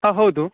ಹಾಂ ಹೌದು